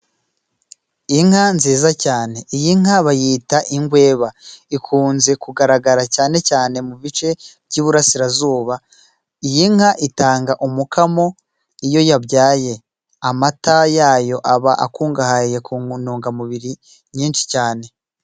Inka nziza cyane, iyi nka bayita ingweba. Ikunze kugaragara cyane cyane mu bice by'iburasirazuba, iyi nka itanga umukamo iyo yabyaye. Amata yayo aba akungahaye ku ntungamubiri nyinshi cyane.